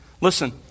Listen